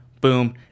boom